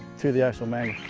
to the actual main.